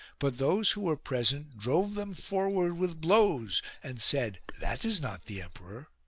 but those who were present drove them forward with blows and said that is not the emperor.